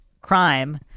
crime